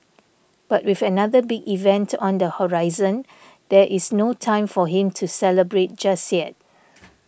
but with another big event on the horizon there is no time for him to celebrate just yet